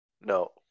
No